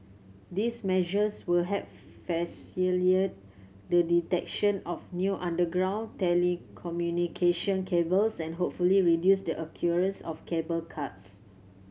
these measures will help the detection of new underground telecommunication cables and hopefully reduce the occurrence of cable cuts